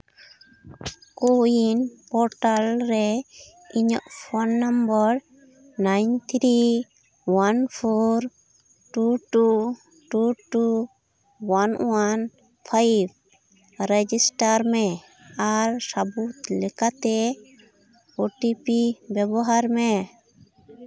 ᱠᱳ ᱩᱭᱤᱱ ᱯᱳᱨᱴᱟᱞ ᱨᱮ ᱤᱧᱟᱹᱜ phone number nine three one four two two two two one one five register ᱢᱮ ᱟᱨ ᱥᱟᱹᱵᱩᱫ ᱞᱮᱠᱟᱛᱮ ᱳ ᱴᱤ ᱯᱤ ᱵᱮᱵᱚᱦᱟᱨ ᱢᱮ